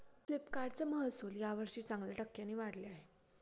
फ्लिपकार्टचे महसुल यावर्षी चांगल्या टक्क्यांनी वाढले आहे